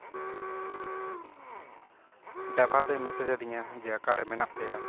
driver ᱫᱚᱭ ᱢᱮᱥᱮᱡᱟᱫᱤᱧᱟ ᱡᱮ ᱚᱠᱟᱨᱮ ᱢᱮᱱᱟᱜ ᱯᱮᱭᱟ